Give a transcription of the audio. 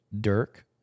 Dirk